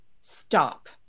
stop